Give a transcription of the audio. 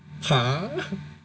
!huh!